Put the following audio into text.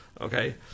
Okay